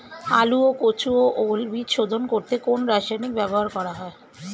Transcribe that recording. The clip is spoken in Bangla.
আলু ও কচু ও ওল বীজ শোধন করতে কোন রাসায়নিক ব্যবহার করা হয়?